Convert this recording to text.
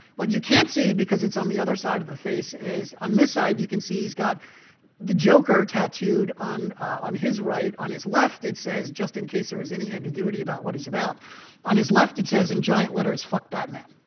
what you can't see, because it's on the other side of the face, is on this side, you can see he's got the joker tattooed on on his right. on his left, it says just in case there was any ambiguity about what he's about on his left, it says in giant letters, fuck batman.